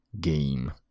game